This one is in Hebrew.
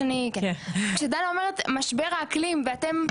כשדנה אומרת משבר האקלים ואתם,